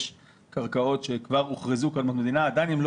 יש קרקעות שכבר הוכרזו אבל עדיין הן לא